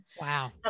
Wow